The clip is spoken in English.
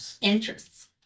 interests